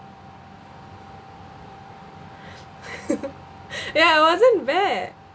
ya it wasn't bad